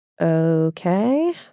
Okay